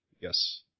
Yes